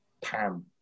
Pan